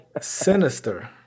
Sinister